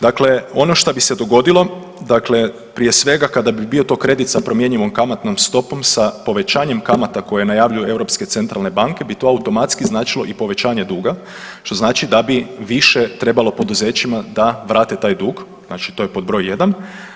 Dakle, ono šta bi se dogodilo, dakle prije svega kada bi bio to kredit sa promjenjivom kamatnom stopom sa povećanjem kamata koje najavljuju europske centralne banke bi to automatski značilo i povećanje duga, što znači da bi više trebalo poduzećima da vrate taj dug, znači to je pod broj jedan.